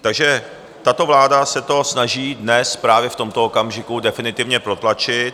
Takže tato vláda se to snaží dnes právě v tomto okamžiku definitivně protlačit.